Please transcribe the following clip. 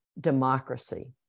democracy